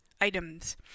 items